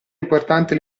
importante